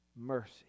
Mercy